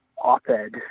op-ed